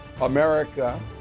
America